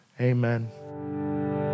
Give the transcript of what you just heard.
Amen